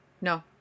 No